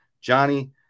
Johnny